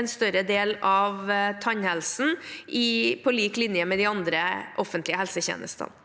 en større del av tannhelsen på lik linje med de andre offentlige helsetjenestene.